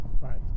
right